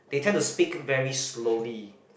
they tend to speak very slowly